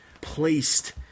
placed